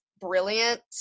brilliant